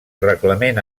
reglament